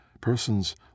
persons